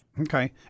Okay